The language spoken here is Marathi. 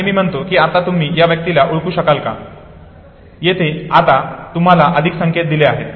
आणि मी म्हणतो की आता तुम्ही त्या व्यक्तीला ओळखू शकता का येथे आता तुम्हाला अधिक संकेत दिले आहेत